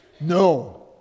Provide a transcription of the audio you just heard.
No